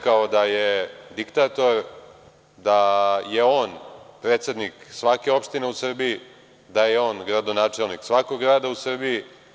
Rekao da je diktator, da je on predsednik svake opštine u Srbiji, da je on gradonačelnik svakog grada u Srbiji.